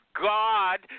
god